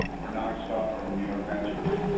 or nice star or new york ventures